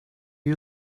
you